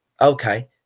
Okay